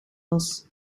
was